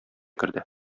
керде